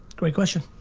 great question.